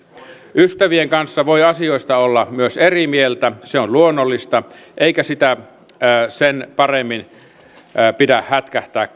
ystävien kanssa voi asioista olla myös eri mieltä se on luonnollista eikä sitä pidä sen paremmin hätkähtää